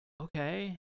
okay